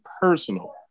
personal